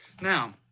Now